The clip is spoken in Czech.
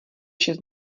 šest